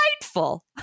Delightful